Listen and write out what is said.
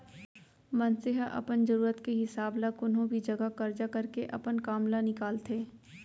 मनसे ह अपन जरूरत के हिसाब ल कोनो भी जघा करजा करके अपन काम ल निकालथे